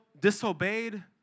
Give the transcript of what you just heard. disobeyed